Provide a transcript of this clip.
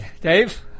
Dave